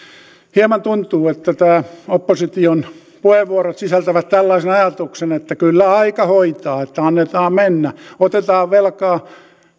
hieman tuntuu että nämä opposition puheenvuorot sisältävät tällaisen ajatuksen että kyllä aika hoitaa että annetaan mennä otetaan velkaa